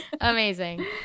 Amazing